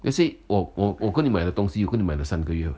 let's say 我我我跟你买的东西我跟你买了三个月